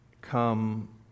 come